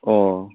अ